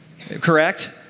correct